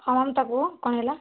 ହଁ ତପୁ କ'ଣ ହେଲା